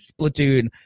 Splatoon